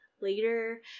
Later